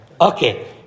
Okay